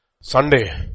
Sunday